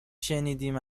شنیدیم